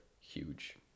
huge